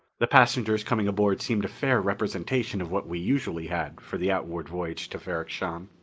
the passengers coming aboard seemed a fair representation of what we usually had for the outward voyage to ferrok-shahn.